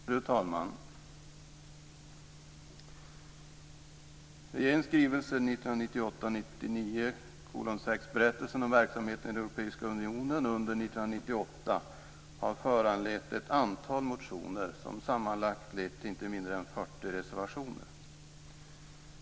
Fru talman! Regeringens skrivelse 1998/99:60 Berättelse om verksamheten i Europeiska unionen under 1998 har föranlett ett antal motioner som sammantaget lett till inte mindre än 40 reservationer.